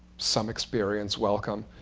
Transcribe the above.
some experience welcome.